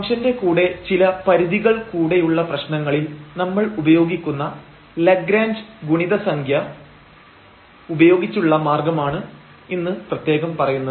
ഫംഗ്ഷന്റെ കൂടെ ചില പരിധികൾ കൂടെയുള്ള പ്രശ്നങ്ങളിൽ നമ്മൾ ഉപയോഗിക്കുന്ന ലഗ്രാഞ്ച് ഗുണിത സംഖ്യ Lagrange's multiplier ഉപയോഗിച്ചുള്ള മാർഗമാണ് പ്രത്യേകം പറയുന്നത്